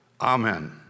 amen